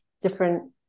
different